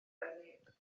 neb